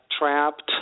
Trapped